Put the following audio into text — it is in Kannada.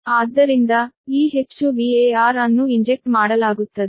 ಆದ್ದರಿಂದ ಈ ಹೆಚ್ಚು VAR ಅನ್ನು ಇಂಜೆಕ್ಟ್ ಮಾಡಲಾಗುತ್ತದೆ